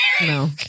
No